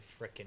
frickin